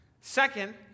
Second